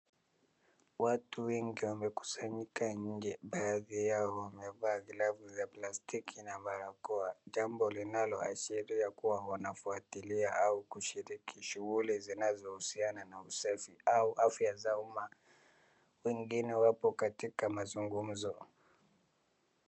Watu wengi wamekusanyika nje. Baadhi yao wamevaa glavu za plastiki na barakoa jambo linaloashiria kuwa wanafuatilia au kushiriki shughuli zinazohusiana na usafi au afya za umma. Wengine wapo katika mazungumzo.